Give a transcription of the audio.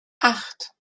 acht